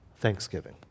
Thanksgiving